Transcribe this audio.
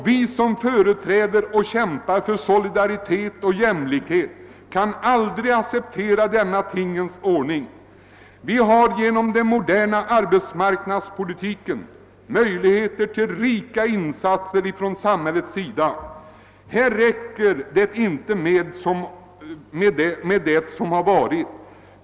Vi som företräder och kämpar för solidaritet och jämlikhet kan aldrig acceptera denna tingens ordning. Vi har genom den moderna arbetsmarknadspolitiken förutsättningar för rika insatser av samhället. Här räcker det inte med vad som har varit.